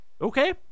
Okay